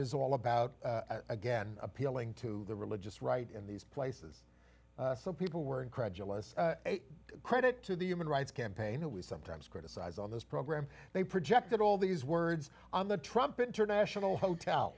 is all about again appealing to the religious right in these places some people were incredulous credit to the human rights campaign who we sometimes criticize on this program they projected all these words on the trump international hotel